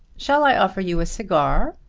shall i offer you a cigar?